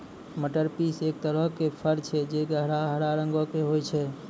मटर बींस एक तरहो के फर छै जे गहरा हरा रंगो के होय छै